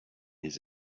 his